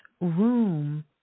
room